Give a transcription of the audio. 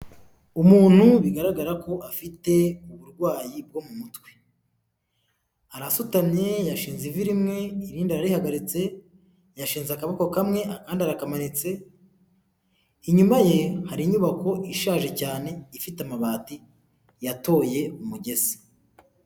Umuntu bigaragara ko afite uburwayi bwo mu mutwe. Arasutamye yashinze ivi rimwe irindi ararihagaritse, yashinze akaboko kamwe akandi arakamanitse. Inyuma ye hari inyubako ishaje cyane ifite amabati yatoye umugese.